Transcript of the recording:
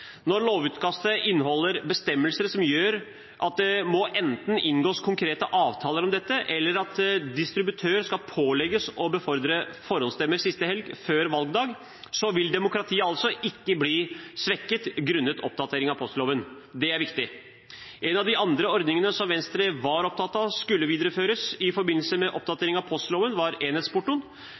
Når lovutkastet inneholder bestemmelser som gjør at det enten må inngås konkrete avtaler om dette, eller at distributør skal pålegges å befordre forhåndsstemmer siste helg før valgdag, vil demokratiet ikke bli svekket grunnet oppdatering av postloven. Det er viktig. En av de andre ordningene som Venstre var opptatt av skulle videreføres i forbindelse med oppdatering av postloven, var enhetsportoen.